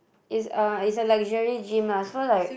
it's a it's a luxury gym lah so like